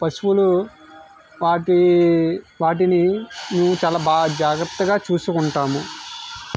పశువులు వాటి వాటిని మేము చాలా బాగా జాగ్రత్తగా చూసుకుంటాము